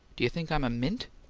do you think i'm a mint?